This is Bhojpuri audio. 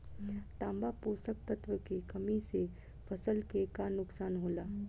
तांबा पोषक तत्व के कमी से फसल के का नुकसान होला?